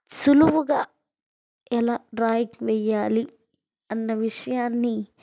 సులువుగా ఎలా డ్రాయింగ్ వెయ్యాలి అన్న విషయాన్ని